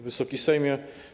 Wysoki Sejmie!